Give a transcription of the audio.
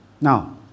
Now